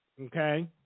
okay